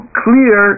clear